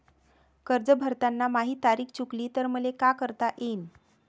कर्ज भरताना माही तारीख चुकली तर मले का करता येईन?